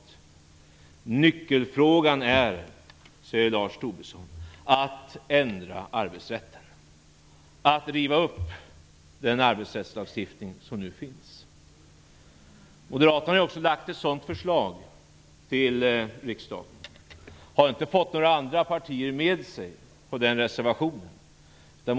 Enligt Lars Tobisson är nyckelfrågan att man skall ändra arbetsrätten, att man skall riva upp den arbetsrättslagstiftning som redan finns. Moderaterna har också lagt fram ett sådant förslag till riksdagen, men de har inte fått några andra partier med sig på den reservationen.